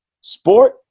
sport